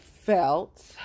felt